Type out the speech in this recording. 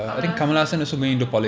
Kamalahaasan ya